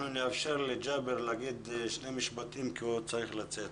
אנחנו נאפשר לג'אבר לומר שני משפטים כי הוא צריך לצאת.